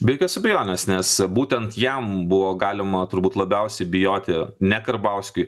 be jokios abejonės nes būtent jam buvo galima turbūt labiausiai bijoti ne karbauskiui